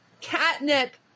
catnip